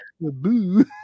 boo